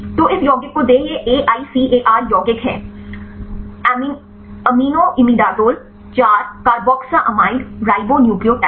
तो इस यौगिक को दें यह AICAR यौगिक है एमिनोइमेडाजोल 4 कार्बोक्सामाइड राइबोन्यूक्लियोटाइड